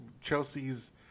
Chelsea's